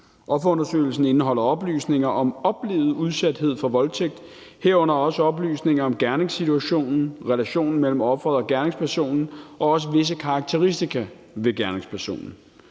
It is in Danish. Offerundersøgelsen indeholder oplysninger om oplevet udsathed for voldtægt, herunder også oplysninger om gerningssituationen, relationen mellem offeret og gerningspersonen og også om visse karakteristika ved gerningspersonen.